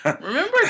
Remember